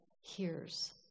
hears